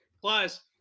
Plus